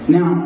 Now